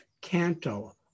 canto